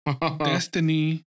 Destiny